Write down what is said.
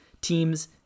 teams